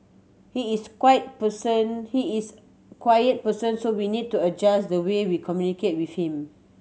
he is quiet person he is quiet person so we need to adjust the way we communicate with him